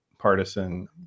partisan